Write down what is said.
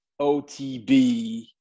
OTB